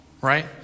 right